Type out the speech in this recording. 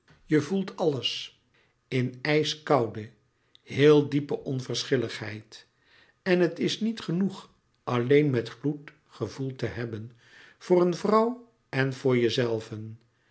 je voelt alles in ijskoude heel diepe onverschilligheid en het is niet genoeg alleen met gloed gevoeld te hebben voor een vrouw en voor jezelven